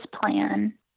plan